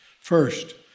First